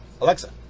Alexa